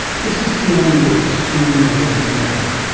this is dyani lewis from the university of melbourne.